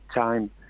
time